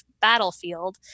Battlefield